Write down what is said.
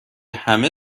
همه